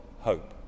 hope